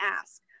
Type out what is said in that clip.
ask